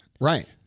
Right